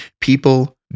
people